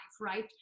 right